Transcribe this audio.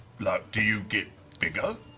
like, do you get bigger?